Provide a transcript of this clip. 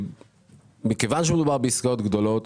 מכיוון שמדובר בעסקאות גדולות,